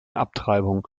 abtreibung